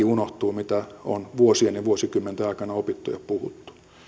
unohtuu kaikki mitä on vuosien ja vuosikymmenten aikana opittu ja puhuttu